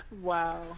wow